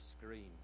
screen